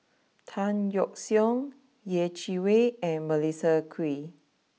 Tan Yeok Seong Yeh Chi Wei and Melissa Kwee